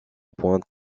point